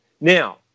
Now